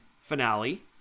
finale